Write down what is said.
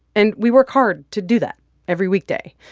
and we work hard to do that every weekday.